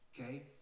okay